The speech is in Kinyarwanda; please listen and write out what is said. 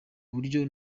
buryo